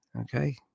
okay